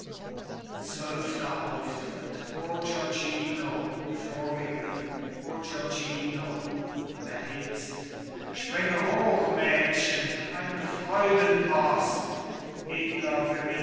zwölfter auftritt bourgognino die vorige bourgognino erhitzt springe hoch mädchen eine freudenpost edler